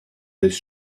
this